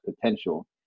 potential